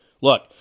Look